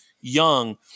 young